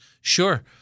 Sure